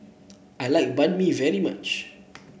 I like Banh Mi very much